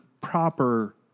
proper